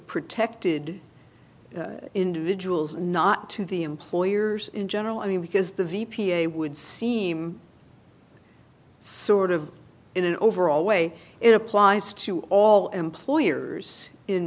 protected individuals not to the employers in general i mean because the v p a would seem sort of in an overall way it applies to all employers in